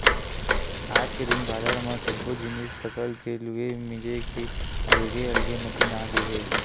आज के दिन बादर म सब्बो जिनिस फसल के लूए मिजे के अलगे अलगे मसीन आगे हे